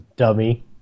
Dummy